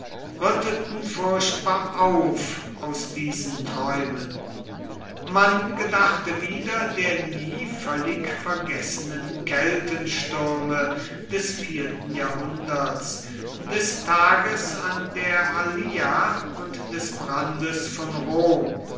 rüttelten furchtbar auf aus diesen träumen man gedachte wieder der nie völlig vergessenen keltenstürme des vierten jahrhunderts des tages an der allia und des brandes von rom